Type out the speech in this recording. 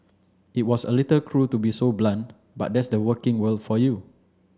it was a little cruel to be so blunt but that's the working world for you